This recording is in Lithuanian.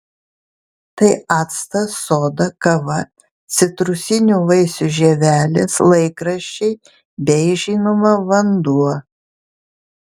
tai actas soda kava citrusinių vaisių žievelės laikraščiai bei žinoma vanduo